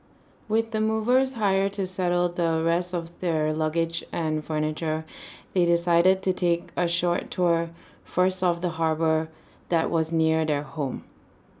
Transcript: with the movers hired to settle the rest of their luggage and furniture they decided to take A short tour first of the harbour there was near their home